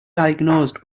diagnosed